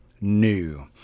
new